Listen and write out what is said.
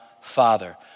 father